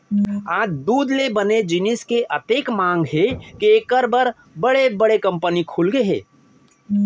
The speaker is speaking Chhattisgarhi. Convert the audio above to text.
आज दूद ले बने जिनिस के अतेक मांग हे के एकर बर बड़े बड़े कंपनी खुलगे हे